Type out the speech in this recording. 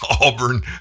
Auburn